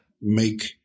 make